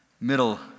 middle